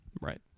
Right